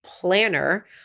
planner